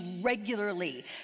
regularly